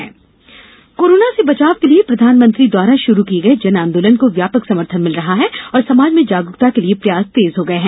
जन आंदोलन कोरोना से बचाव के लिए प्रधानमंत्री द्वारा शुरू किये गये जन आंदोलन को व्यापक समर्थन मिल रहा है और समाज में जागरूकता के लिए प्रयास तेज हो गये है